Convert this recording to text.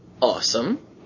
Awesome